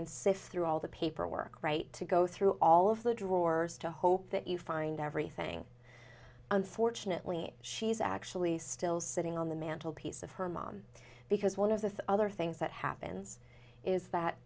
and sift through all the paperwork right to go through all of the drawers to hope that you find everything unfortunately she's actually still sitting on the mantel piece of her mom because one of the other things that happens is that